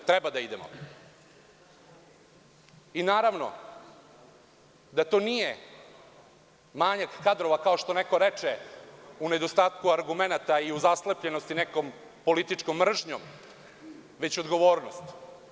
Naravno da to nije manjak kadrova, kao što neko reče, u nedostatku argumenata i u zaslepljenosti nekom političkom mržnjom, već odgovornost.